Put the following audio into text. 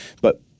but-